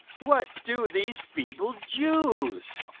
what do these feeble jews?